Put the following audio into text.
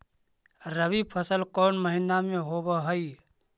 रबी फसल कोन महिना में होब हई?